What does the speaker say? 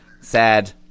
sad